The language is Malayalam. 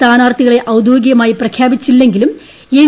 സ്ഥാനാർത്ഥികളെ ഔദ്യോഗികമായി പ്രഖ്യാപിച്ചില്ലെങ്കിലും എൻ